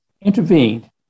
intervened